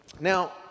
now